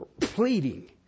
pleading